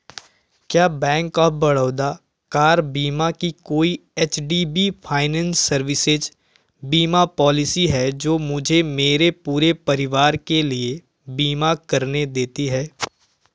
क्या bank of Baroda car बीमा की कोई H D B finance services बीमा पॉलिसी है जो मुझे मेरे पूरे परिवार के लिए बीमा करने देती है